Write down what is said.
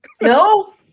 No